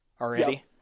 already